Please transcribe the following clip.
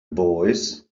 boys